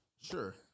Sure